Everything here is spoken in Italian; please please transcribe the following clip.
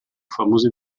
famosi